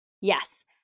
Yes